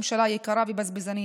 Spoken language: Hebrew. ממשלה יקרה ובזבזנית,